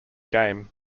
game